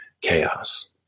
chaos